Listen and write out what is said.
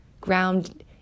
ground